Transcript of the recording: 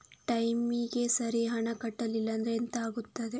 ಟೈಮಿಗೆ ಸರಿ ಹಣ ಕಟ್ಟಲಿಲ್ಲ ಅಂದ್ರೆ ಎಂಥ ಆಗುತ್ತೆ?